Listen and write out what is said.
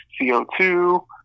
co2